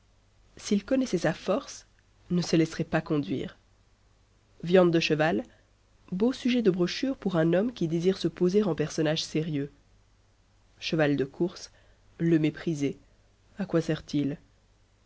s'il connaissait sa force ne se laisserait pas conduire viande de cheval beau sujet de brochure pour un homme qui désire se poser en personnage sérieux cheval de course le mépriser a quoi sert-il